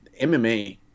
mma